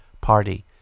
party